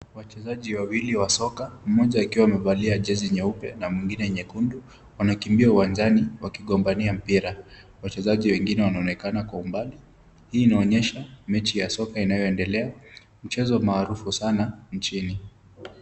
Wachezaji wawili wa soka, mmoja akiwa amevalia jezi nyeupe na mwingine nyekundu. Wanakimbia uwanjani wakigombania mpira. Wachezaji wengine wanaonekana kwa umbali, hii inaonyesha mechi ya soka inayoendelea, mchezo maarufu sana nchini.